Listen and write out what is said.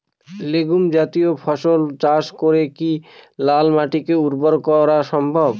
Legume জাতীয় ফসল চাষ করে কি লাল মাটিকে উর্বর করা সম্ভব?